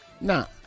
now